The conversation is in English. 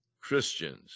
Christians